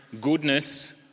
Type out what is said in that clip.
goodness